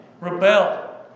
Rebel